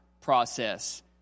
process